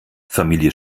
familie